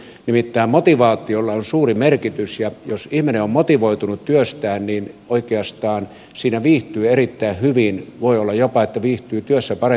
nimittäin motivaatiolla on suuri merkitys ja jos ihminen on motivoitunut työstään niin oikeastaan siinä viihtyy erittäin hyvin voi olla jopa että viihtyy työssä paremmin kuin muualla